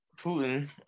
Putin